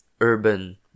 urban